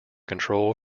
control